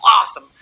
awesome